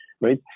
right